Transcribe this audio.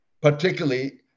particularly